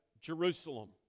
Jerusalem